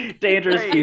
Dangerous